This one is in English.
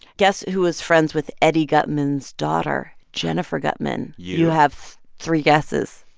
guess who was friends with eddie guttman's daughter, jennifer guttman you you have three guesses.